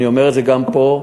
אני אומר את זה גם פה,